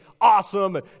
awesome